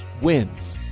wins